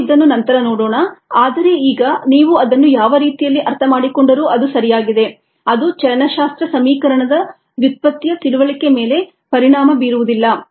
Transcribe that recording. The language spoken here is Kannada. ನಾವು ಇದನ್ನು ನಂತರ ನೋಡೋಣ ಆದರೆ ಈಗ ನೀವು ಅದನ್ನು ಯಾವ ರೀತಿಯಲ್ಲಿ ಅರ್ಥಮಾಡಿಕೊಂಡರೂ ಅದು ಸರಿಯಾಗಿದೆ ಅದು ಚಲನಶಾಸ್ತ್ರ ಸಮೀಕರಣದ ವ್ಯುತ್ಪತ್ತಿಯ ತಿಳುವಳಿಕೆ ಮೇಲೆ ಪರಿಣಾಮ ಬೀರುವುದಿಲ್ಲ